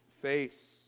face